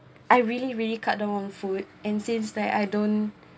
I really really cut down on the food and since that I don't